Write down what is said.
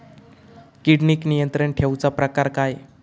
किडिक नियंत्रण ठेवुचा प्रकार काय?